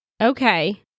Okay